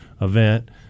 event